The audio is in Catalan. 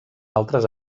altres